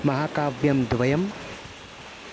महाकाव्यं द्वयम्